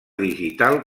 digital